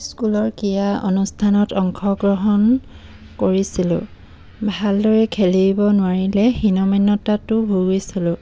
স্কুলৰ ক্ৰীড়া অনুষ্ঠানত অংশগ্ৰহণ কৰিছিলোঁ ভালদৰে খেলিব নোৱাৰিলে হীনমন্যতাটো ভুগিছিলোঁ